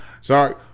Sorry